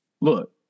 look